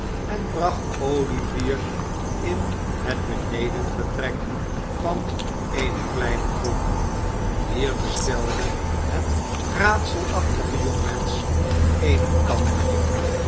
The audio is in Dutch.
en bracht olivier in het benedenvertrek van eene kleine kroeg hier bestelde het raadselachtige jongmensch eene kan bier